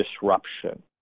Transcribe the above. disruption